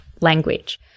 language